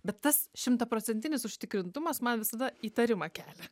bet tas šimtaprocentinis užtikrintumas man visada įtarimą kelia